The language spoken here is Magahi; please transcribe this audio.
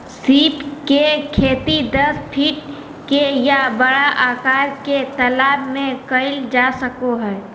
सीप के खेती दस फीट के या बड़ा आकार के तालाब में कइल जा सको हइ